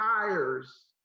tires